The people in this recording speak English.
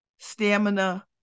Stamina